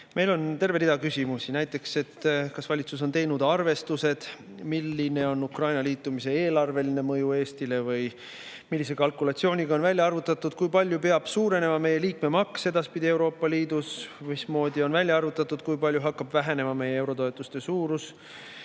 meil on terve rida küsimusi. Näiteks, kas valitsus on teinud arvestused, milline on Ukraina liitumise eelarveline mõju Eestile või millise kalkulatsiooniga on välja arvutatud, kui palju peab suurenema meie liikmemaks edaspidi Euroopa Liidus? Mismoodi on välja arvutatud, kui palju hakkab vähenema meie eurotoetuste suurus?